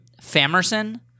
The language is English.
Famerson